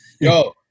Yo